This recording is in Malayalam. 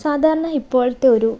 സാധാരണ ഇപ്പോഴത്തെ ഒരു